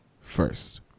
first